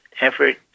effort